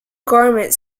garment